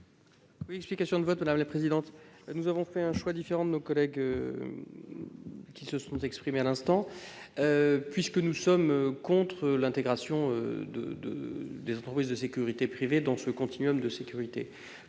pour explication de vote. Nous avons fait un choix différent de nos collègues qui se sont exprimés à l'instant. Comme eux, nous sommes contre l'intégration des entreprises de sécurité privée dans ce continuum de sécurité.